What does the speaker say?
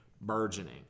burgeoning